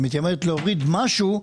היא מתיימרת להוריד משהו,